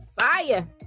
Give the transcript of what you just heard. fire